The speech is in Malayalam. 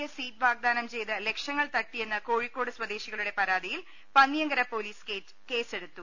എസ് സീറ്റ് വാഗ്ദാനം ചെയ്ത് ലക്ഷങ്ങൾ തട്ടിയെന്ന കോഴിക്കോട് സ്വദേശികളുടെ പരാതിയിൽ പന്നിയങ്കര പോലീസ് കേസെടുത്തു